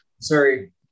Sorry